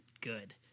good